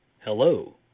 Hello